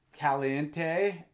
Caliente